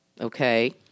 Okay